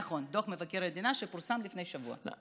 נכון, דוח מבקר המדינה שפורסם לפני שבוע.